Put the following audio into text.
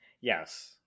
Yes